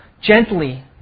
gently